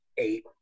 eight